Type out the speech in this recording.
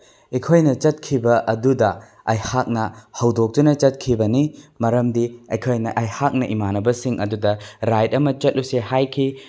ꯑꯩꯈꯣꯏꯅ ꯆꯠꯈꯤꯕ ꯑꯗꯨꯗ ꯑꯩꯍꯥꯛꯅ ꯍꯧꯗꯣꯛꯇꯨꯅ ꯆꯠꯈꯤꯕꯅꯤ ꯃꯔꯝꯗꯤ ꯑꯩꯈꯣꯏꯅ ꯑꯩꯍꯥꯛꯅ ꯏꯃꯥꯟꯅꯕꯁꯤꯡ ꯑꯗꯨꯗ ꯔꯥꯏꯠ ꯑꯃ ꯆꯠꯂꯨꯁꯦ ꯍꯥꯏꯈꯤ